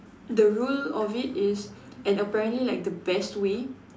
the rule of it is and apparently like the best way